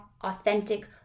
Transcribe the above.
authentic